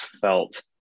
felt